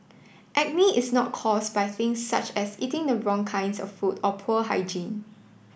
acne is not caused by things such as eating the wrong kinds of food or poor hygiene